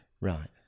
Right